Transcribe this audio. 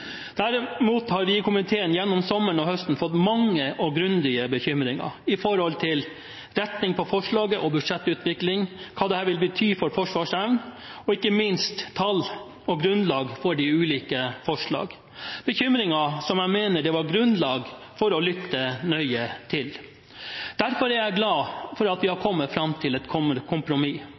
Derimot har vi i komiteen gjennom sommeren og høsten fått mange og grundige bekymringer når det gjelder retningen på forslaget og budsjettutviklingen – hva dette vil bety for forsvarsevnen, og ikke minst tall og grunnlag for de ulike forslagene – bekymringer som jeg mener det var grunnlag for å lytte nøye til. Derfor er jeg glad for at vi har kommet fram til et kompromiss